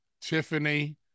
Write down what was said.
Tiffany